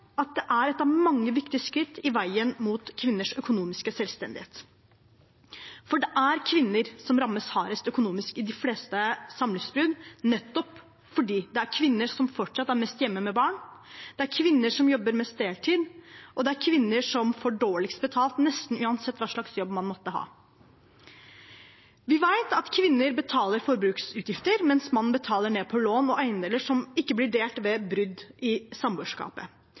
at det er et av mange viktige skritt på veien mot kvinners økonomiske selvstendighet. Det er kvinner som rammes hardest økonomisk i de fleste samlivsbrudd, nettopp fordi det er kvinner som fortsatt er mest hjemme med barn, det er kvinner som jobber mest deltid, og det er kvinner som får dårligst betalt, nesten uansett hva slags jobb man måtte ha. Vi vet at kvinner betaler forbruksutgifter, mens mannen betaler ned på lån og eiendeler som ikke blir delt ved brudd i